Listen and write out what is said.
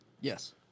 Yes